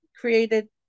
created